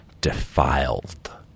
defiled